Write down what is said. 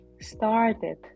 started